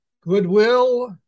goodwill